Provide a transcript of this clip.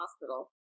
hospital